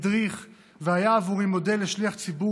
הדריך והיה עבורי מודל לשליח ציבור